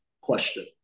question